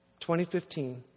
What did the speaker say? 2015